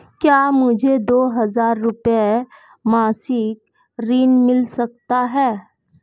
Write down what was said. क्या मुझे दो हज़ार रुपये मासिक ऋण मिल सकता है?